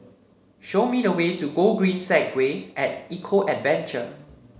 show me the way to Gogreen Segway at Eco Adventure